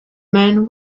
man